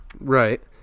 Right